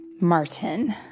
Martin